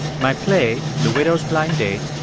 my play, the widow's blind date,